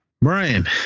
Brian